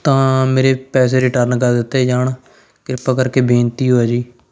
ਤਾਂ ਮੇਰੇ ਪੈਸੇ ਰਿਟਰਨ ਕਰ ਦਿੱਤੇ ਜਾਣ ਕਿਰਪਾ ਕਰਕੇ ਬੇਨਤੀ ਓ ਹੈ ਜੀ